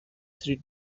through